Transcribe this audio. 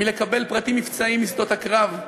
מקבלת פרטים מבצעיים משדות הקרב.